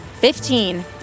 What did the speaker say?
Fifteen